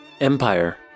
Empire